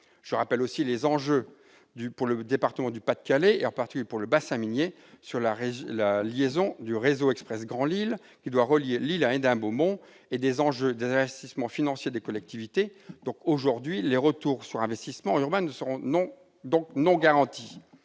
Je rappelle aussi les enjeux, pour le département du Pas-de-Calais, en particulier pour le bassin minier, liés au Réseau express Grand Lille, qui doit relier Lille à Hénin-Beaumont, et aux investissements financiers des collectivités. Aujourd'hui, les retours sur investissements urbains ne sont pas garantis.